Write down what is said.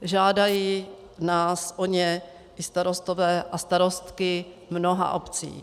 Žádají nás o ně i starostové a starostky mnoha obcí.